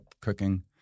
cooking